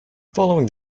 following